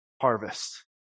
harvest